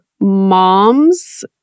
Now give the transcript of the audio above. moms